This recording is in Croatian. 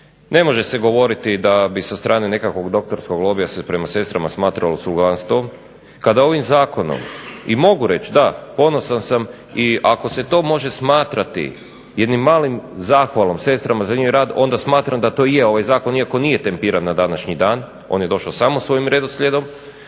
Ne može se govoriti da bi sa strane nekakvog doktorskog lobija se prema sestrama smatralo .../Govornik se ne razumije./... kada ovim zakonom i mogu reći da, ponosan sam i ako se to može smatrati jednom malom zahvalom sestrama za njihov rad onda smatram da to i je ovaj zakon iako nije tempiran na današnji dan. On je došao samo svojim redoslijedom.